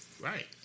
Right